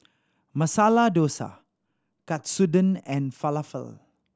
Masala Dosa Katsudon and Falafel